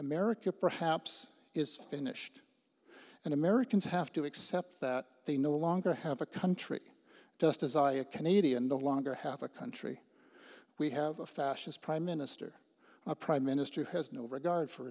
america perhaps is finished and americans have to accept that they no longer have a country just as i a canadian the longer half a country we have a fascist prime minister a prime minister has no regard for